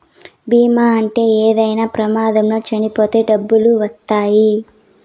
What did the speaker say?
బీమా ఉంటే ఏమైనా ప్రమాదంలో చనిపోతే డబ్బులు వత్తాయి